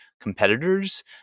competitors